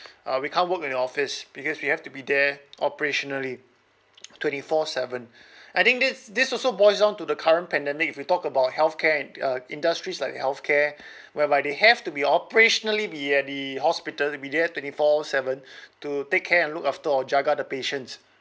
uh we can't work in the office because we have to be there operationally twenty four seven I think this this also boils down to the current pandemic if you talk about health care uh industries like health care whereby they have to be operationally be at the hospital be there twenty four seven to take care and look after or jaga the patients